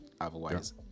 Otherwise